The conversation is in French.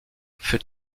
feux